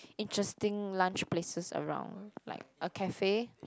interesting lunch places around like a cafe